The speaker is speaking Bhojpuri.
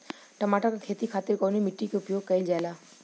टमाटर क खेती खातिर कवने मिट्टी के उपयोग कइलजाला?